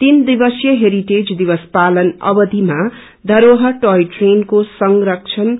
तीन दिवसीय हेरिटेज दिवस पालन अवधिमा धराहर ट्वाय ट्रेनको संगरक्षण